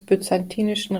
byzantinischen